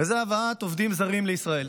וזה הבאת עובדים זרים לישראל.